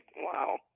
Wow